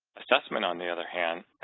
assessment, on the other hand,